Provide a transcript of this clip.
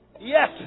yes